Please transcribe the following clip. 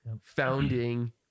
founding